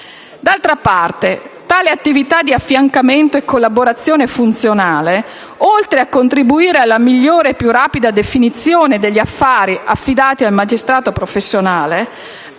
D'altra, parte tale attività di affiancamento e collaborazione funzionale, oltre a contribuire alla migliore e più rapida definizione degli affari affidati al magistrato professionale,